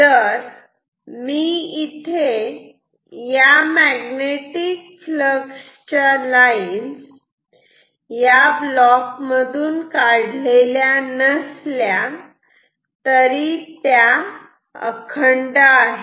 जरी मी इथे या मॅग्नेटिक फ्लक्स च्या लाईन या ब्लॉक मधून काढलेल्या नसल्या तरी त्या अखंड आहेत